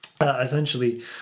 Essentially